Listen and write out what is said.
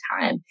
time